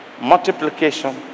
multiplication